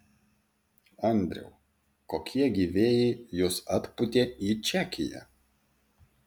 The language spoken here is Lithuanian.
andriau kokie gi vėjai jus atpūtė į čekiją